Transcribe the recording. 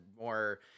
more